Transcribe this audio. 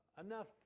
enough